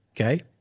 okay